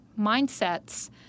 mindsets